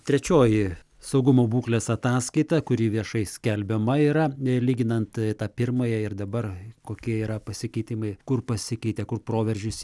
trečioji saugumo būklės ataskaita kuri viešai skelbiama yra lyginant tą pirmąją ir dabar kokie yra pasikeitimai kur pasikeitė kur proveržis